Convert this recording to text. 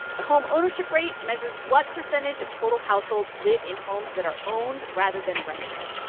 the homeownership rate measures what percentage of total households live in homes that are owned rather than rented.